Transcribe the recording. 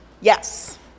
Yes